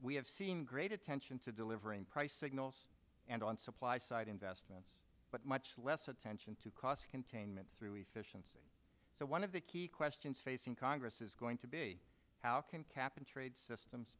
have seen great attention to delivering price signals and on supply side investments but much less attention to cost containment through a fission saying so one of the key questions facing congress is going to be how can cap and trade systems